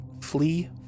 flee